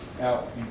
out